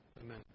Amen